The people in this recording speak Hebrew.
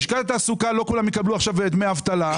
לשכת התעסוקה לא כולם יקבלו דמי אבטלה.